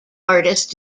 artist